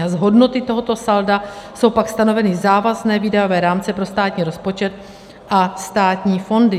A z hodnoty tohoto salda jsou pak stanoveny závazné výdajové rámce pro státní rozpočet a státní fondy.